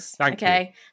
Okay